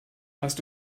hast